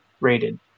rated